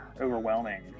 overwhelming